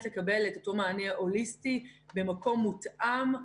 לקבל את אותו מענה הוליסטי במקום מותאם,